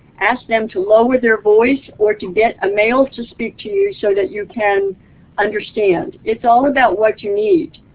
ask them to lower their voice or to get a male to speak to you so you can understand. it's all about what you need.